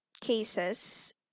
cases